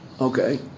Okay